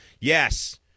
Yes